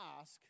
ask